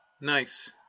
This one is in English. Nice